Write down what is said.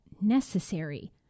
necessary